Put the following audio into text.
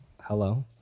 Hello